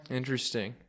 interesting